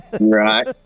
Right